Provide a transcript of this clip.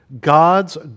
God's